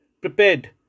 prepared